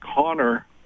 Connor